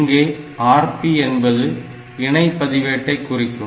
இங்கே Rp என்பது இணை பதிவேட்டை குறிக்கும்